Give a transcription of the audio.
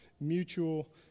mutual